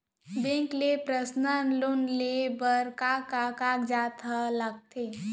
Bank ले personal loan लेये बर का का कागजात ह लगथे?